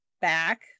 back